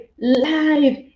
live